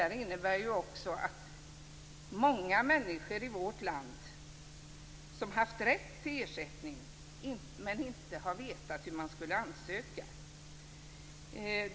Det innebär också att många människor i vårt land har haft rätt till ersättning men inte har vetat hur de skall ansöka.